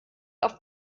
auf